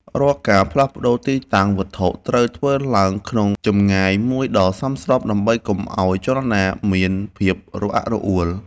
រាល់ការផ្លាស់ប្តូរទីតាំងវត្ថុត្រូវធ្វើឡើងក្នុងចម្ងាយមួយដ៏សមស្របដើម្បីកុំឱ្យចលនាមានភាពរអាក់រអួល។